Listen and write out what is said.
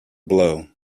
blow